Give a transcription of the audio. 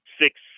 six